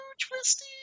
twisty